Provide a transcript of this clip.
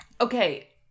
Okay